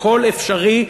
הכול אפשרי,